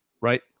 right